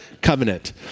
covenant